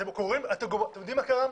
אתם יודעים מה קרה?